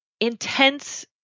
intense